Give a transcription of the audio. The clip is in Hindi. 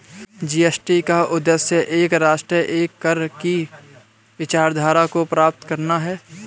जी.एस.टी का उद्देश्य एक राष्ट्र, एक कर की विचारधारा को प्राप्त करना है